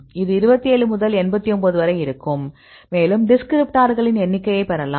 இது 27 முதல் 89 வரை இருக்கும் மேலும் டிஸ்கிரிப்ட்டார்களின் எண்ணிக்கையைப் பெறலாம்